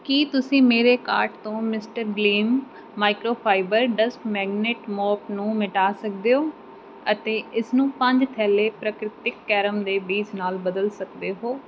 ਕੀ ਤੁਸੀਂ ਮੇਰੇ ਕਾਰਟ ਤੋਂ mister Glim microfibre dust magnet mop ਨੂੰ ਮਿਟਾ ਸਕਦੇ ਹੋ ਅਤੇ ਇਸਨੂੰ ਪੰਜ ਥੈਲੇ ਪ੍ਰਕ੍ਰਿਤੀਕ ਕੈਰਮ ਦੇ ਬੀਜ ਨਾਲ ਬਦਲ ਸਕਦੇ ਹੋ